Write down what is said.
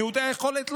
מעוטי היכולת,